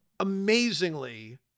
Amazingly